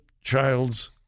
child's